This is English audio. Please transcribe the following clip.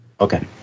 Okay